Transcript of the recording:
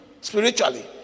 spiritually